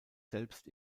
selbst